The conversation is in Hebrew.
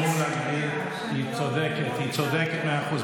היא צודקת, היא צודקת במאה אחוז.